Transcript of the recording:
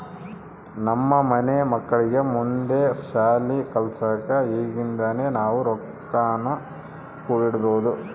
ನಮ್ಮ ಮನೆ ಮಕ್ಕಳಿಗೆ ಮುಂದೆ ಶಾಲಿ ಕಲ್ಸಕ ಈಗಿಂದನೇ ನಾವು ರೊಕ್ವನ್ನು ಕೂಡಿಡಬೋದು